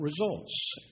results